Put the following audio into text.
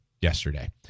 yesterday